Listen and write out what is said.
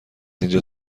اینجا